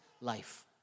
life